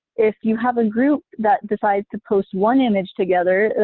if you have a group that decides to post one image together,